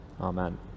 Amen